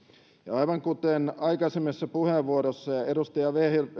aivan kuten aikaisemmassa puheenvuorossaan edustaja